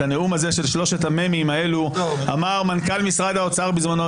את הנאום הזה של שלושת המ"מים אמר מנכ"ל משרד האוצר בזמנו,